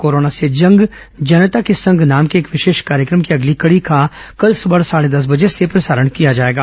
corona से जंग जनता के संग नाम के इस विशेष कार्यक्रम की अगली कड़ी का कल सुबह साढ़े दस बजे से प्रसारण किया जाएगा